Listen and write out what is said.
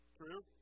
true